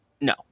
no